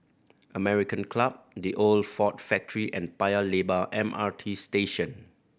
American Club The Old Ford Factory and Paya Lebar M R T Station